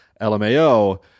LMAO